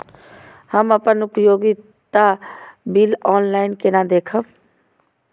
हम अपन उपयोगिता बिल ऑनलाइन केना देखब?